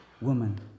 Woman